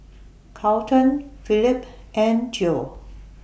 Carlton Felipe and Geo